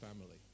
family